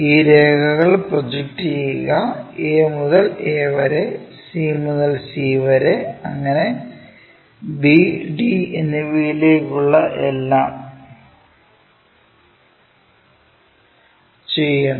ഈ രേഖകൾ പ്രൊജക്റ്റ് ചെയ്യുക a മുതൽ a വരെ c മുതൽ c വരെ അങ്ങിനെ b d എന്നിവയിലേക്കുള്ള എല്ലാം ചെയ്യണം